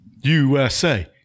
USA